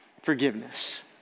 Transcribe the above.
forgiveness